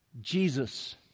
Jesus